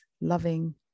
loving